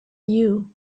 you